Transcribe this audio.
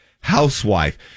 Housewife